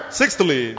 sixthly